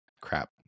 crap